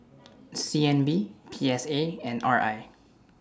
C N B P S A and R I